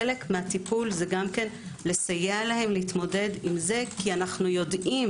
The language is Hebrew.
חלק מהטיפול זה לסייע להם להתמודד עם זה כי אנו יודעים